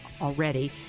already